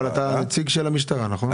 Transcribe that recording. אבל אתה נציג המשטרה, נכון?